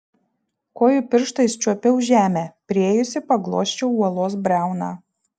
kojų pirštais čiuopiau žemę priėjusi paglosčiau uolos briauną